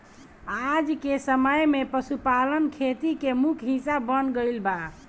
आजके समय में पशुपालन खेती के मुख्य हिस्सा बन गईल बा